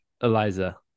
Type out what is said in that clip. Eliza